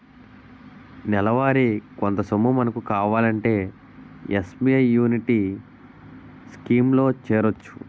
నెలవారీ కొంత సొమ్ము మనకు కావాలంటే ఎస్.బి.ఐ యాన్యుటీ స్కీం లో చేరొచ్చు